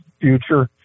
future